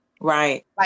Right